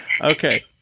Okay